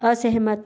असहमत